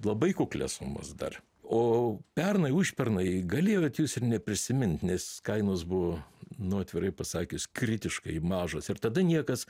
labai kuklias sumas dar o pernai užpernai galėjot jus ir neprisimint nes kainos buvo nu atvirai pasakius kritiškai mažos ir tada niekas